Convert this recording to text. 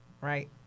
right